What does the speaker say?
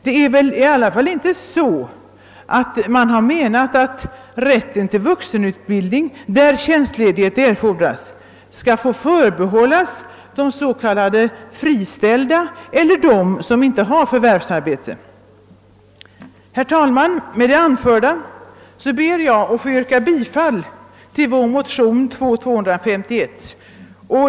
Utskottet har väl inte menat att rätten till vuxenutbildning, då tjänstledighet erfordras, skall förbehållas de s.k. friställda eller dem som inte har förvärvsarbete. Herr talman! Med det anförda ber jag att få yrka bifall till vår motion II: 251.